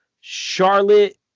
charlotte